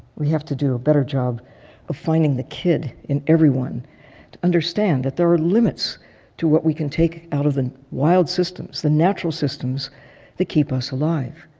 we have to do a better job of finding the kid in everyone to understand that there are limits to what we can take out of the wild systems, the natural systems that keep us alive.